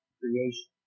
creation